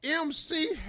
MC